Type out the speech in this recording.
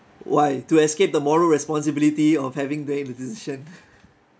why to escape the moral responsibility of having made the decision